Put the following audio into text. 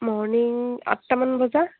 morning আঠটামান বজা